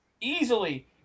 Easily